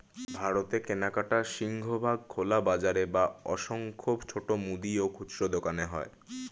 ভারতে কেনাকাটার সিংহভাগ খোলা বাজারে বা অসংখ্য ছোট মুদি ও খুচরো দোকানে হয়